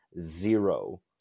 zero